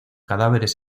cadáveres